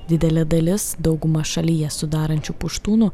didelė dalis daugumą šalyje sudarančių puštūnų